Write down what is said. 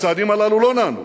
הצעדים הללו לא נענו,